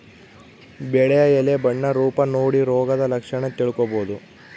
ಬೆಳೆಯ ಎಲೆ ಬಣ್ಣ ರೂಪ ನೋಡಿ ರೋಗದ ಲಕ್ಷಣ ತಿಳ್ಕೋಬೋದು